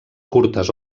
curtes